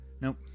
Nope